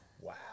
wow